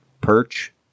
perch